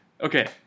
okay